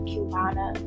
Cubana